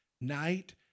night